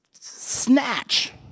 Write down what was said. snatch